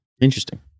interesting